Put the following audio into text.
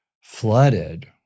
flooded